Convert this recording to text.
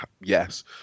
yes